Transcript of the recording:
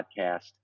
podcast